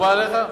מקובל עליך?